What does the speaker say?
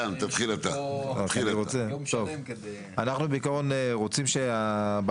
התיקון מבקש לאפשר גמישות למנהל הבחירות